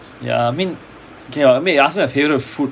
ya I mean okay you ask you me my favourite food